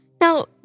Now